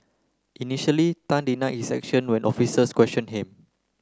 initially Tan denied his action when officers questioned him